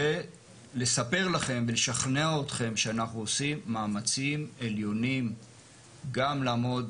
ולספר לכם ולשכנע אתכם שאנחנו עושים מאמצים עליונים גם לעמוד,